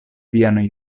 vian